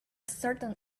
certain